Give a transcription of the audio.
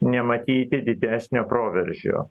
nematyti didesnio proveržio